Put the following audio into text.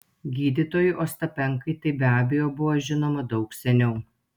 gydytojui ostapenkai tai be abejo buvo žinoma daug seniau